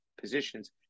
positions